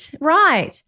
right